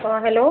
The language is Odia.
ହଁ ହେଲୋ